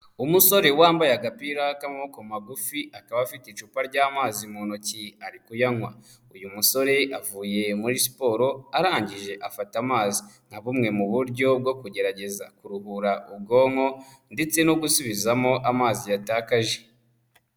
Umusore wambaye agapira k'amaboko magufi akaba afite icupa ry'amazi mu ntoki ari kuyanywa. Uyu musore avuye muri siporo arangije afata amazi nka bumwe mu buryo bwo kugerageza kuruhura ubwonko ndetse no gusubizamo amazi yatakaje.